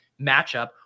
matchup